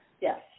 Yes